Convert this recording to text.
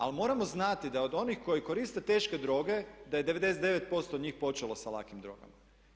Ali moramo znati da od onih koji koriste teške droge da je 99% njih počelo sa lakim drogama.